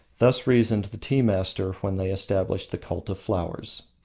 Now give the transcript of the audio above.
thus reasoned the tea-masters when they established the cult of flowers.